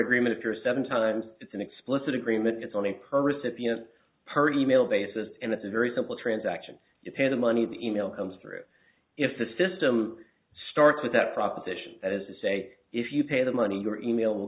agreement if you're seven times it's an explicit agreement it's on a per recipient purdie mail basis and it's a very simple transaction to pay the money the email comes through if the system starts with that proposition that is to say if you pay the money your email will